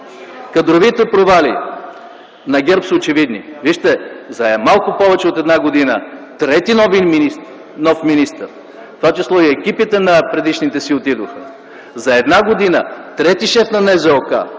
Кадровите провали на ГЕРБ са очевидни. Вижте, за малко повече от една година трети нов министър, в това число и екипите на предишните си отидоха, за една година трети шеф на НЗОК,